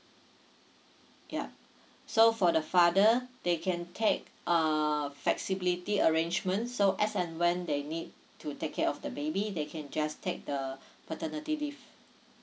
yup so for the father they can take uh flexibility arrangement so as and when they need to take care of the baby they can just take the paternity leave